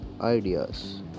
ideas